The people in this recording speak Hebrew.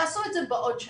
תעשו את זה בעוד שנה,